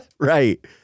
Right